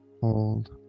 Hold